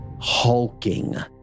hulking